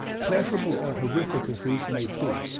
pleasurable or horrific as these may be,